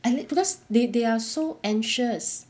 and it because they they are so anxious